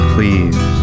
Please